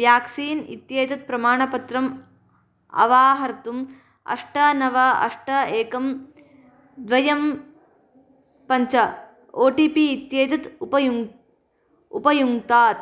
vaccine इत्येतत् प्रमाणपत्रम् अवाहर्तुं अष्ट नव अष्ट एकं द्वे पञ्च ओ टि पि इत्येतत् उपयुङ् उपयुङ्क्तात्